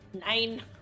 Nine